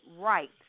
right